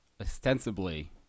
ostensibly